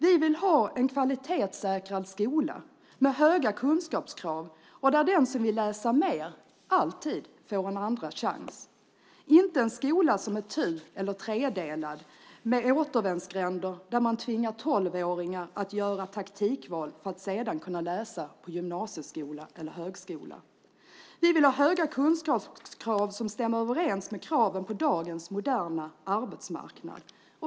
Vi vill ha en kvalitetssäkrad skola med höga kunskapskrav där den som vill läsa mer alltid får en andra chans, inte en skola som är tu eller tredelad med återvändsgränder där man tvingar 12-åringar att göra taktikval för att sedan kunna läsa på gymnasieskola eller högskola. Vi vill ha höga kunskapskrav som stämmer överens med kraven på dagens moderna arbetsmarknad.